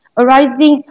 arising